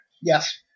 Yes